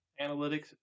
analytics